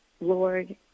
Lord